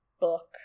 book